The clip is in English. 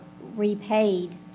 repaid